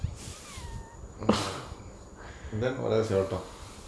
mm then what else you want to talk